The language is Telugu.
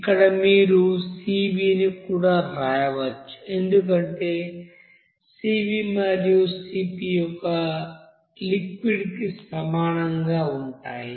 ఇక్కడ మీరు Cv ను కూడా వ్రాయవచ్చు ఎందుకంటే Cv మరియుCp ఒక లిక్విడ్ కి సమానంగా ఉంటాయి